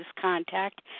contact